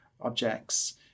objects